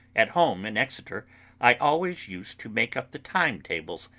at home in exeter i always used to make up the time-tables,